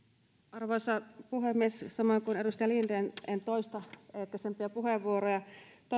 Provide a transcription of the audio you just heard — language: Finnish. arvoisa puhemies samoin kuin edustaja linden en toista esitettyjä puheenvuoroja